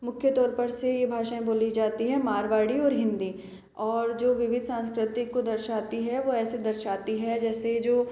मुख्य तौर पर से ये भाषएं बोली जाती हैं मारवाड़ी और हिंदी और जो विविध सांस्कृतिक को दर्शाती है वो ऐसे दर्शाती है जैसे जो